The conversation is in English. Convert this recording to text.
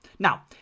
Now